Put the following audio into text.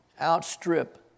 outstrip